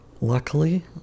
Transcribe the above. luckily